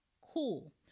cool